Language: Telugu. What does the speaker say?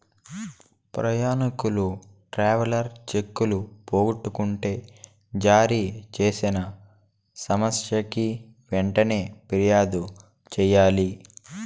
ప్రయాణికులు ట్రావెలర్ చెక్కులు పోగొట్టుకుంటే జారీ చేసిన సంస్థకి వెంటనే ఫిర్యాదు చెయ్యాలి